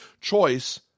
choice